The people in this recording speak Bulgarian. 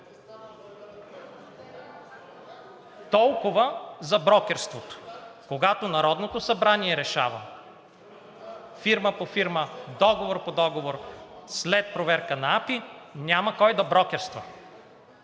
Толкова за брокерството. Когато Народното събрание решава – фирма по фирма, договор по договор, след проверка на АПИ няма кой да брокерства.